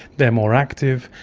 they are more active,